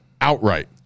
outright